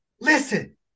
Listen